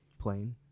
Plane